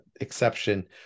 exception